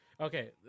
okay